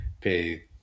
pay